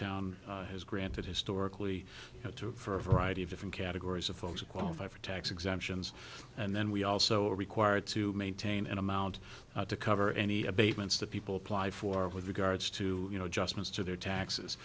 town has granted historically to it for a variety of different categories of folks who qualify for tax exemptions and then we also are required to maintain an amount to cover any abatements that people apply for with regards to you know just means to their taxes